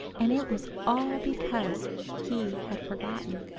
and it was all because he had forgotten.